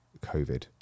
covid